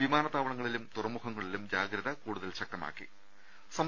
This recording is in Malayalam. വിമാനത്താവളങ്ങളിലും തുറമുഖങ്ങളിലും ജാഗ്രത കൂടുതൽ ശക്തമാക്കിയിട്ടുണ്ട്